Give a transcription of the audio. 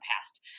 past